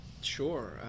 Sure